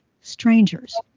strangers